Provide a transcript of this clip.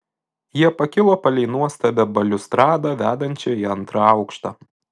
jie pakilo palei nuostabią baliustradą vedančią į antrą aukštą